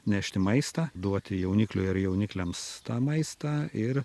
nešti maistą duoti jaunikliui ar jaunikliams tą maistą ir